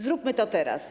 Zróbmy to teraz.